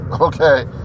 okay